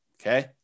okay